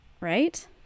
Right